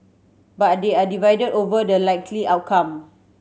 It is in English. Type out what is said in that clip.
but they are divided over the likely outcome